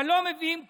אבל לא מביאים כלום,